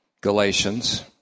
Galatians